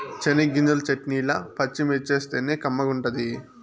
చెనగ్గింజల చెట్నీల పచ్చిమిర్చేస్తేనే కమ్మగుంటది